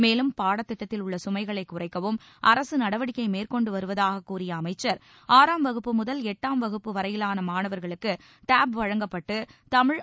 மேலும் பாடத்திட்டத்தில் உள்ள கமைகளைக் குறைக்கவும் அரசு நடவடிக்கை மேற்கொண்டு வருவதாக கூறிய அமைச்சர் ஆறாம் வகுப்பு முதல் எட்டாம் வகுப்பு வரையிவான மாணவர்களுக்கு டேப் வழங்கப்பட்டு தமிழ்